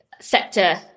sector